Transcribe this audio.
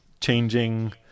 changing